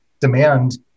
demand